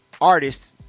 artists